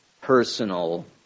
personal